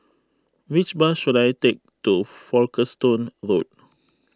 which bus should I take to Folkestone Road